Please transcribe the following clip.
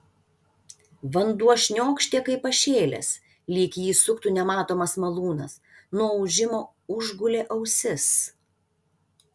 vanduo šniokštė kaip pašėlęs lyg jį suktų nematomas malūnas nuo ūžimo užgulė ausis